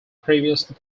previously